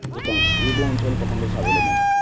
ভূটান এইবোৰ অঞ্চল প্ৰথমতে চাবলৈ মন আছে